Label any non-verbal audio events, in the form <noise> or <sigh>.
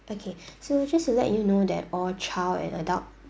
okay <breath> so just to let you know that all child and adult